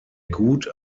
gut